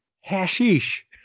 hashish